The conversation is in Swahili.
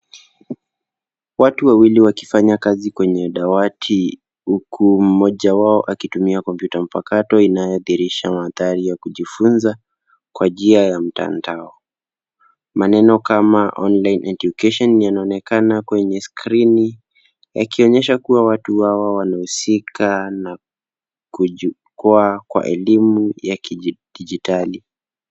Watu wawili wakifanya kazi kwenye dawati huku mmoja wao akitumia kompyuta mpakato inayodhihirisha mandhari ya kujifunza kwa njia ya mtandao. Maneno kama Online Education yanaonekana kwenye skrini yakionyesha kuwa watu hawa wanahusika na kujikwaa na elimu ya kidijitali.